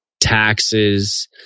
taxes